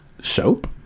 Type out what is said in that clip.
soap